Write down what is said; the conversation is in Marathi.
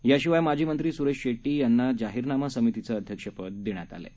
याशिवाय माजीमंत्रीसुरेशशेट्टीयांनाजाहीरनामासमितीचंअध्यक्षपददेण्यातआलंआहे